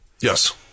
Yes